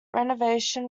renovation